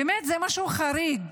באמת, זה משהו חריג.